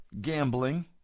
gambling